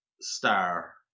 star